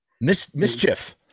Mischief